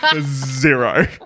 Zero